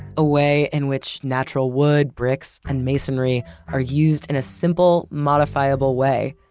a way in which natural wood bricks and masonry are used in a simple, modifiable way.